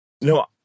no